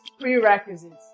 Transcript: prerequisites